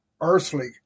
earthly